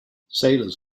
sailors